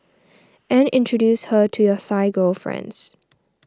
and introduce her to your Thai girlfriends